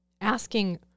asking